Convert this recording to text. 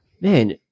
man